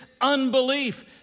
unbelief